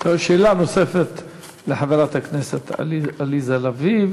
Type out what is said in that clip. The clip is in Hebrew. שאלה נוספת לחברת הכנסת עליזה לביא,